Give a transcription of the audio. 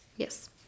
Yes